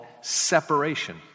separation